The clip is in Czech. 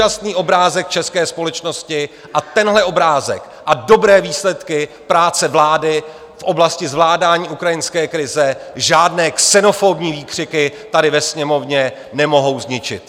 Úžasný obrázek české společnosti a tenhle obrázek a dobré výsledky práce vlády v oblasti zvládání ukrajinské krize žádné xenofobní výkřiky tady ve Sněmovně nemohou zničit.